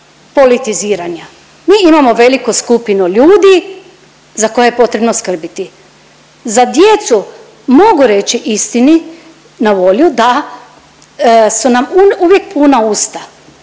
politiziranja. Mi imamo veliku skupinu ljudi za koje je potrebno skrbiti. Za djecu mogu reći istini na volju da su nam uvijek puna usta